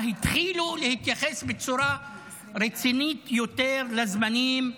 התחילו להתייחס בצורה רצינית יותר לזמנים,